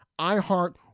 iHeart